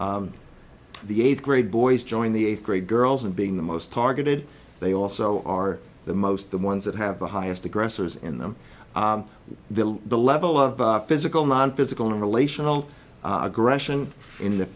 the eighth grade boys joined the eighth grade girls and being the most targeted they also are the most the ones that have the highest aggressors in them the the level of physical non physical relational aggression in the